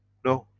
no.